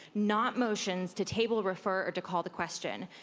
not motions, to table, refer, or to call the question.